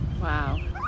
Wow